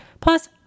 Plus